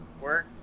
work